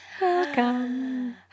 Welcome